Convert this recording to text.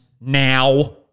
now